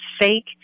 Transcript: fake